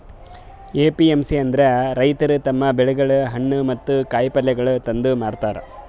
APMC ಅಂದುರ್ ರೈತುರ್ ತಮ್ ಬೆಳಿಗೊಳ್, ಹಣ್ಣ ಮತ್ತ ಕಾಯಿ ಪಲ್ಯಗೊಳ್ ತಂದು ಮಾರತಾರ್